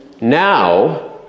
Now